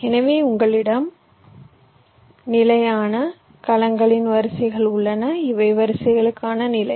எனவே உங்களிடம் நிலையான கலங்களின் வரிசைகள் உள்ளன இவை வரிசைகளுக்கான நிலை